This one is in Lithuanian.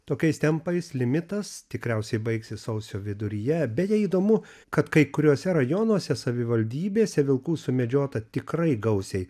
tokiais tempais limitas tikriausiai baigsis sausio viduryje beje įdomu kad kai kuriuose rajonuose savivaldybėse vilkų sumedžiota tikrai gausiai